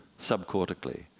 subcortically